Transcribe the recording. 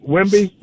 Wimby